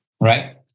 Right